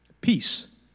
Peace